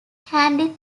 candy